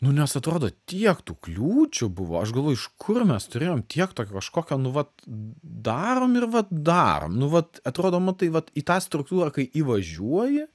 nu nes atrodo tiek tų kliūčių buvo aš galvoju iš kur mes turėjom tiek tokio kažkokio nu vat darom ir vat darom nu vat atrodo matai va į tą struktūrą kai įvažiuoji